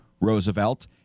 Roosevelt